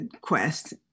quest